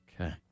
Okay